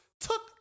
took